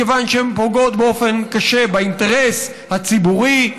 מכיוון שהן פוגעות באופן קשה באינטרס הציבורי,